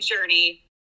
journey